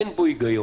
אין בו הגיון.